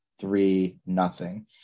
Three-nothing